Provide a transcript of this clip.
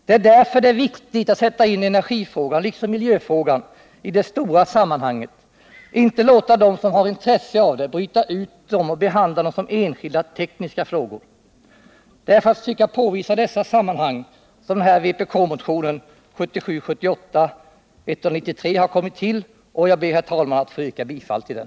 Det är därför som det är viktigt att sätta in energifrågan, liksom miljöfrågan, i det stora sammanhanget och inte låta dem som har intresse av det bryta ut vissa detaljer och behandla dessa som enskilda tekniska frågor. Det är för att försöka påvisa dessa sammanhang som den här vpk-motionen, 1977/78:793, har kommit till, och jag ber, herr talman, att få yrka bifall till den.